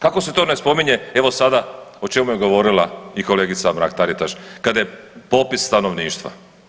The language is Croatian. Kako se to ne spominje evo sada o čemu je govorila i kolegica Mrak Taritaš kada je popis stanovništva?